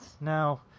No